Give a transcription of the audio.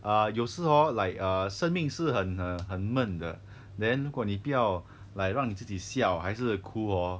啊有时 hor like err 生命是很很闷的 then 如果你不要 like 让你自己笑还是哭 hor